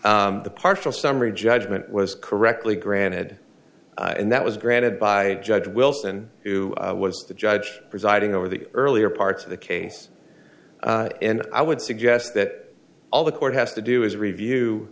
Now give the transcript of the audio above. court the partial summary judgment was correctly granted and that was granted by judge wilson who was the judge presiding over the earlier parts of the case and i would suggest that all the court has to do is review